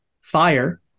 fire